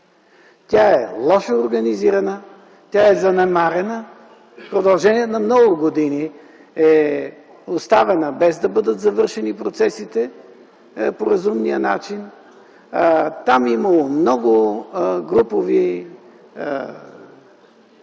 Тя е лошо организирана, тя е занемарена, в продължение на много години е оставена без да бъдат завършени процесите по разумния начин. Там е имало много групови